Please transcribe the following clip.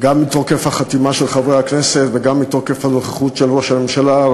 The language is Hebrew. גם מתוקף החתימה של חבר הכנסת וגם מתוקף הנוכחות של ראש הממשלה,